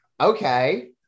okay